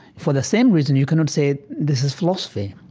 for the same reason, you cannot say this is philosophy.